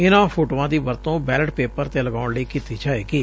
ਇਨੁਾਂ ਫੋਟੋਆਂ ਦੀ ਵਰਤੋਂ ਬੈਲਟ ਪੇਪਰ ਤੇ ਲਗਾਉਣ ਲਈ ਕੀਤੀ ਜਾਵੇਗੀ